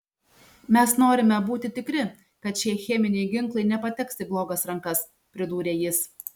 mes norime būti tikri kad šie cheminiai ginklai nepateks į blogas rankas pridūrė jis